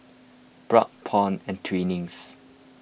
Bragg Paul and Twinings